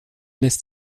lässt